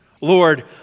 Lord